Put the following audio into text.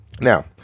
Now